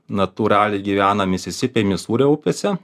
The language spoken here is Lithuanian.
natūraliai gyvena misisipėj misūrio upėse